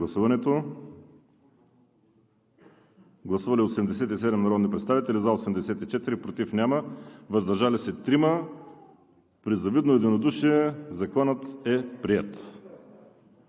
– също нов. Гласували 87 народни представители: за 84, против няма, въздържали се 3. При завидно единодушие Законът е приет.